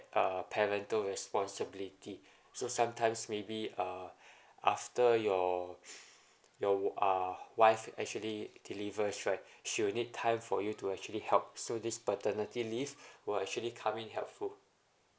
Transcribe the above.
uh parental responsibilities so sometimes maybe uh after your your uh wife actually delivers right she will need time for you to actually help so this paternity leave will actually coming helpful